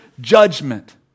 judgment